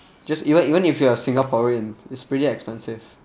just even even if you are singaporean is pretty expensive